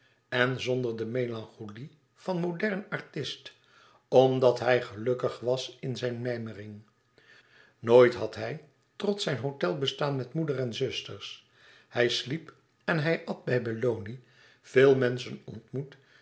en zonder de melancholie van modern artist omdat hij gelukkig was in zijn mijmering nooit had hij trots zijn hôtelbestaan met moeder en zusters hij sliep en hij at bij belloni veel menschen ontmoet